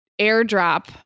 airdrop